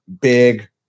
big